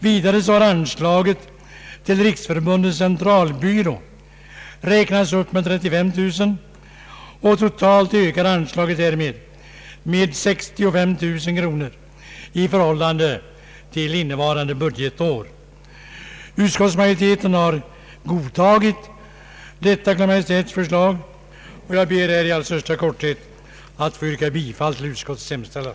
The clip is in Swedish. Vidare har anslaget till Riksförbundets centralbyrå räknats upp med 35 000 kronor. Totalt ökar anslaget därigenom med 65 000 kronor i förhållande till innevarande budgetår. Utskottsmajoriteten har = godtagit Kungl. Maj:ts förslag. Jag ber att i största korthet få yrka bifall till utskottets hemställan.